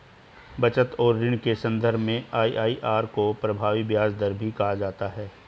बचत और ऋण के सन्दर्भ में आई.आई.आर को प्रभावी ब्याज दर भी कहा जाता है